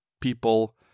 people